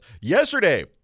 Yesterday